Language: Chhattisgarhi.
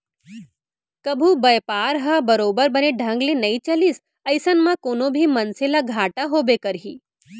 कभू बयपार ह बरोबर बने ढंग ले नइ चलिस अइसन म कोनो भी मनसे ल घाटा होबे करही